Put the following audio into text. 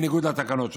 בניגוד לתקנות שם.